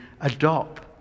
adopt